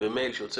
במייל שיוצא